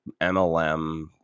MLM